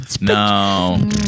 no